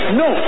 no